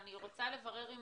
אני רוצה לברר עם